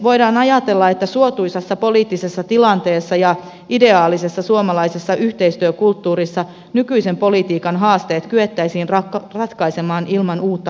voidaan ajatella että suotuisassa poliittisessa tilanteessa ja ideaalisessa suomalaisessa yhteistyökulttuurissa nykyisen politiikan haasteet kyettäisiin ratkaisemaan ilman uutta lakia